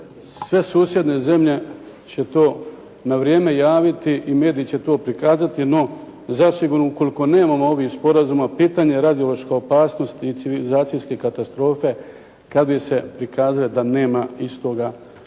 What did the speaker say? sve susjedne zemlje će to na vrijeme javiti i mediji će to prikazati. No, zasigurno ukoliko nemamo ovih sporazuma pitanje radiološke opasnosti i civilizacijske katastrofe … /Govornik se ne